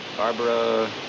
Barbara